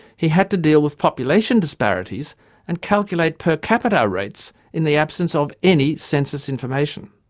he had to deal with population disparities and calculate per capita rates in the absence of any census information.